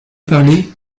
parler